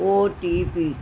OTP